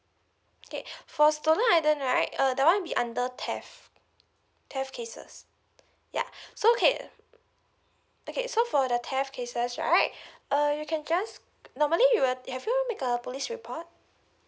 okay for stolen item right uh that one be under theft theft cases yeah so okay okay so for the theft cases right uh you can just normally we will have you make a police report